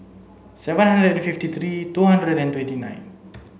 seven hundred fifty three two hundred and twenty nine